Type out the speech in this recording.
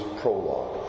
prologue